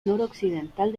noroccidental